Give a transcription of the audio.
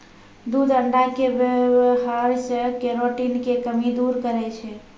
दूध अण्डा के वेवहार से केरोटिन के कमी दूर करै छै